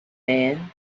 man